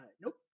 nope